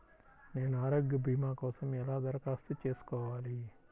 నేను ఆరోగ్య భీమా కోసం ఎలా దరఖాస్తు చేసుకోవాలి?